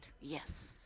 yes